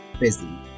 busy